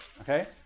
Okay